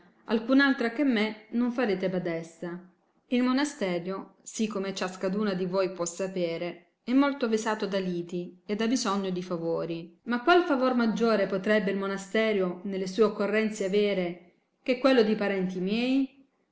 altra che me non farete badessa il monasterio sì come ciascaduna di voi può sapere è molto vesato da liti ed ha bisogno di favori ma qual favor maggiore potrebbe il monasterio nelle sue occorrenzie avere che quello di parenti miei